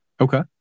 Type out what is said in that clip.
Okay